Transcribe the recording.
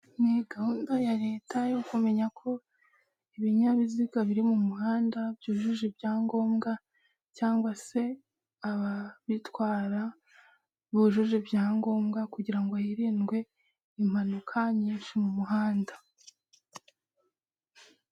Ni gahunda ya leta yo kumenya ko ibinyabiziga biri m'umuhanda byujuje ibyangombwa cyangwa se ababitwara bujuje ibyangombwa kugirango ngo hirindwe impanuka nyinshi m'umuhanda.